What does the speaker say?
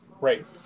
right